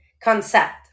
concept